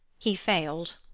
he failed.